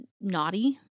naughty